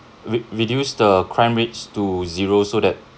re~ reduce the crime rates to zero so that